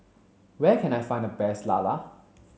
where can I find the best Lala